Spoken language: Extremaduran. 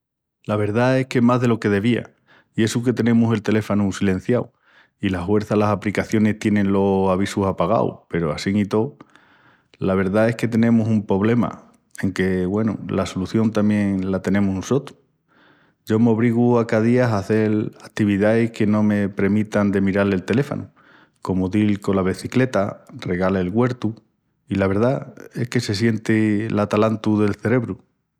La verdá es que más de lo que devía i essu que tenemus el teléfonu silenciau i la huerça las apricacionis tienin los avisus apagaus peru assín i tó. La verdá es que tenemus un pobrema enque, güenu, la solución tamién la tenemus nusotrus. Yo m'obrigu a ca día a hazel ativiais que no me premitan de miral el teléfonu comu dil cola becicleta, regal el güertu, i la verdá es que se sienti l'atalantu del celebru.